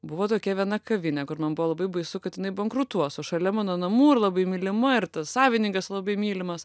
buvo tokia viena kavinė kur man buvo labai baisu kad jinai bankrutuos o šalia mano namų ir labai mylima ir tas savininkas labai mylimas